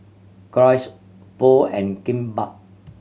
Gyros Pho and Kimbap